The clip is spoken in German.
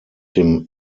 dem